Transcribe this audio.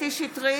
קטי קטרין שטרית,